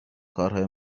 کارهای